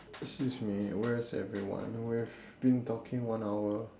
excuse me where's everyone we've been talking one hour